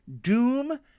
Doom